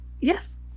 Yes